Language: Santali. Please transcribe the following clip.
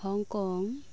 ᱦᱚᱝᱠᱚᱝ